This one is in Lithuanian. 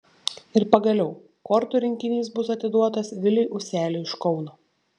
ir pagaliau kortų rinkinys bus atiduotas viliui useliui iš kauno